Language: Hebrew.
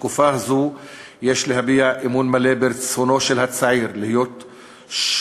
בתקופה הזאת יש להביע אמון מלא ברצונו של הצעיר להיות שוקל,